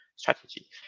strategy